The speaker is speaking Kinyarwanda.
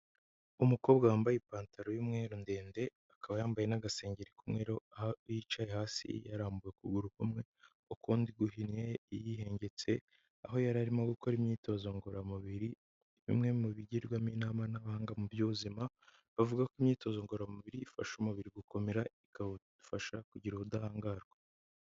Umukobwa wambaye ipantaro y'umweru ndende, akaba yambaye n'agasengero k'umweru aho yicaye hasi yarambuwe ukuguru kumwe, ukundi guhinnye yihengetse, aho yari arimo gukora imyitozo ngororamubiri; bimwe mu bigirwamo inama n'abahanga mu by'ubuzima, bavuga ko imyitozo ngororamubiri, ifasha umubiri gukomera, ikawufasha kugira ubudahangarwa.